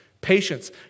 patience